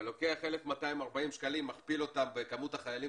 ולוקח 1,240 שקלים ומכפיל אותם בכמות החיילים